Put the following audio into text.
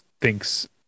thinks